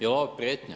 Jel ovo prijetnja?